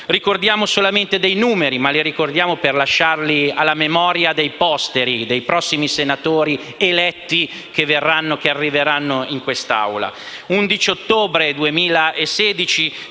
Ricordiamo solamente dei numeri e lo facciamo per lasciarli alla memoria dei posteri, dei prossimi senatori eletti che arriveranno in quest'Aula;